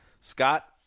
Scott